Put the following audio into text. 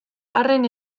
arren